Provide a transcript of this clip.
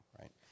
right